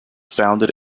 founded